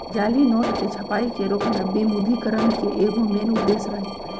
जाली नोट के छपाई के रोकना विमुद्रिकरण के एगो मेन उद्देश्य रही